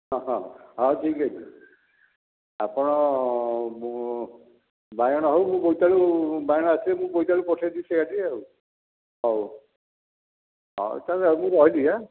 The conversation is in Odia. ହଁ ହଁ ହେଉ ଠିକ ଅଛି ଆପଣ ବାଇଗଣ ହେଉ ମୁଁ ବୋଇତିଆଳୁ ବାଇଗଣ ଆସିଲେ ମୁଁ ବୋଇତିଆଳୁ ପଠେଇ ଦେଉଛି ଆଜି ଆଉ ହେଉ ତା'ହେଲେ ମୁଁ ରହିଲି ହାଁ